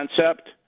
concept